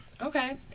Okay